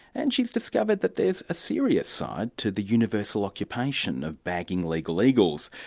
and she's discovered that there's a serious side to the universal occupation of bagging legal eagles.